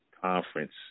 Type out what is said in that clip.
conference